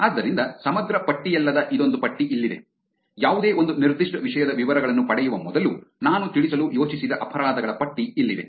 ಆದ್ದರಿಂದ ಸಮಗ್ರ ಪಟ್ಟಿಯಲ್ಲದ ಇದೊಂದು ಪಟ್ಟಿ ಇಲ್ಲಿದೆ ಯಾವುದೇ ಒಂದು ನಿರ್ದಿಷ್ಟ ವಿಷಯದ ವಿವರಗಳನ್ನು ಪಡೆಯುವ ಮೊದಲು ನಾನು ತಿಳಿಸಲು ಯೋಚಿಸಿದ ಅಪರಾಧಗಳ ಪಟ್ಟಿ ಇಲ್ಲಿದೆ